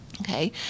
Okay